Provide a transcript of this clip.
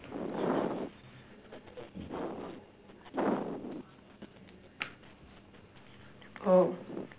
oh